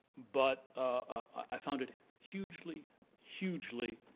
but i found it hugely hugely